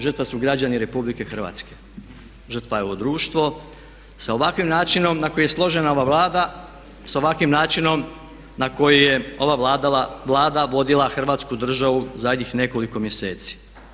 Žrtva su građani Republike Hrvatske, žrtva je ovo društvo sa ovakvim načinom na koji je složena ova Vlada, s ovakvim načinom na koji je ova Vlada vodila Hrvatsku državu zadnjih nekoliko mjeseci.